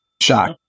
Shock